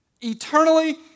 Eternally